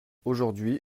aujourd’hui